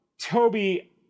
Toby